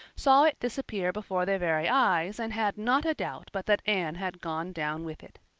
saw it disappear before their very eyes and had not a doubt but that anne had gone down with it.